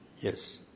Yes